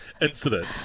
Incident